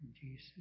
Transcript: Jesus